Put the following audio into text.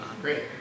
Great